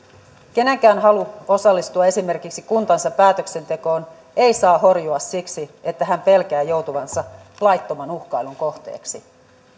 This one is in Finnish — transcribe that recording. kenenkään halu osallistua esimerkiksi kuntansa päätöksentekoon ei saa horjua siksi että hän pelkää joutuvansa laittoman uhkailun kohteeksi